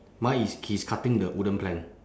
mine is he is cutting the wooden plank